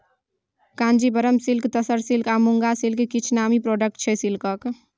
Kanjeevaram silk, tussar silk आ muga silk किछ नामी प्रोडक्ट छै सिल्कक